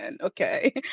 okay